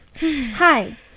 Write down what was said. Hi